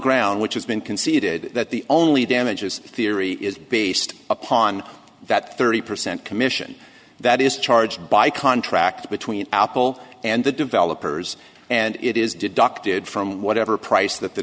ground which has been conceded that the only damages theory is based upon that thirty percent commission that is charged by contract between apple and the developers and it is deducted from whatever price that the